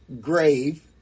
grave